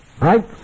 right